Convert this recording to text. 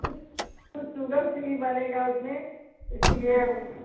कुछ कुछ sugar free बनेगा उसमें इसीलिए